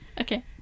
Okay